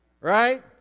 Right